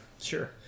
sure